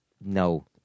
no